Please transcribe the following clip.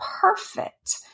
perfect